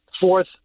Fourth